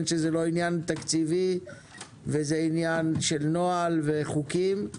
שזה לא עניין תקציבי וזה עניין של נוהל וחוקים.